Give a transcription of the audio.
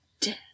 Death